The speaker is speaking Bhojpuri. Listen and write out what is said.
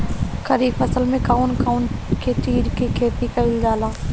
खरीफ फसल मे कउन कउन चीज के खेती कईल जाला?